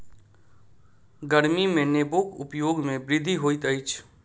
गर्मी में नेबोक उपयोग में वृद्धि होइत अछि